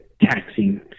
taxing